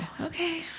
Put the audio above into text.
Okay